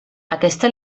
aquesta